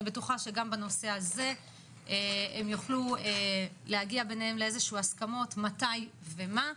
אני בטוחה שגם בנושא הזה הם יוכלו להגיע ביניהם לאיזשהן הסכמות מתי ומה,